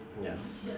ya